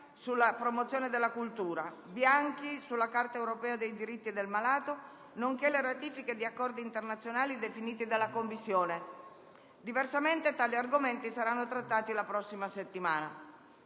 sulla promozione della cultura, e Bianchi, sulla Carta europea dei diritti del malato, nonché le ratifiche di accordi internazionali definite dalla Commissione. Diversamente, tali argomenti saranno trattati la prossima settimana.